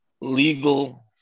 legal